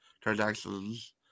Transactions